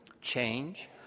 Change